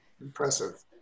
impressive